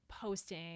posting